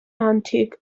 antique